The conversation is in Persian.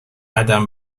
قدم